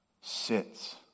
sits